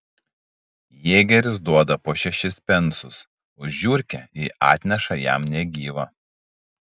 jėgeris duoda po šešis pensus už žiurkę jei atneša jam negyvą